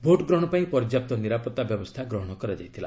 vote ଗ୍ରହଣ ପାଇଁ ପର୍ଯ୍ୟାପ୍ତ ନିରାପତ୍ତା ବ୍ୟବସ୍ଥା ଗ୍ରହଣ କରାଯାଇଥିଲା